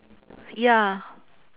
ya